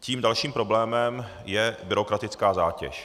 Tím dalším problémem je byrokratická zátěž.